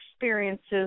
experiences